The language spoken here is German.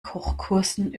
kochkursen